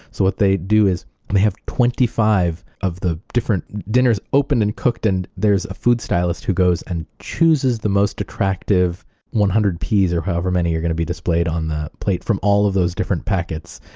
so what they do is they have twenty five of the different dinners opened and cooked, and there's a food stylist who goes and chooses the most attractive one hundred peas, or however many are going to be displayed on their plate from all of those different packets,